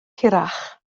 hirach